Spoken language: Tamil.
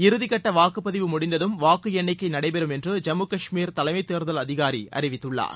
இறுதி கட்ட வாக்குப்பதிவு முடிந்ததும் வாக்கு எண்ணிக்கை நடைபெறும் என்று ஜம்மு காஷ்மீர் தலைமை தேர்தல் அதிகாரி அறிவித்துள்ளார்